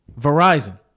Verizon